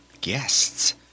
guests